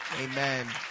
Amen